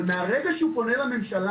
אבל מהרגע שהוא פונה לממשלה,